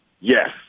yes